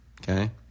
Okay